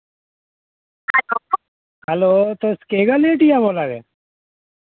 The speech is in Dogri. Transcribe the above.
हैल्लो तुस केक आह्ली हट्टी दा बोल्ला दे